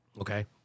okay